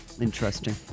Interesting